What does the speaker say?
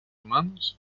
mans